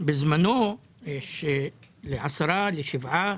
בזמנו רשימה ל-10%, ל-7%,